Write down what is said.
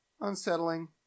unsettling